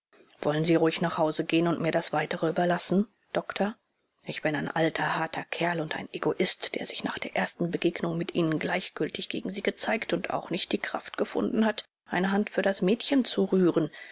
wollen sie ruhig nach hause gehen und mir das weitere überlassen doktor ich bin ein alter harter kerl und ein egoist der sich nach der ersten begegnung mit ihnen gleichgültig gegen sie gezeigt und auch nicht die kraft gefunden hat eine hand für das mädchen zu rühren